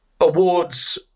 awards